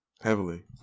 Heavily